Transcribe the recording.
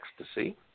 ecstasy